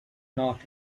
not